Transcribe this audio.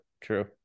true